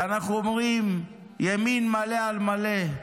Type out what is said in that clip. ואנחנו אומרים, ימין מלא על מלא,